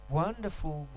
wonderful